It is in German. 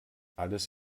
alles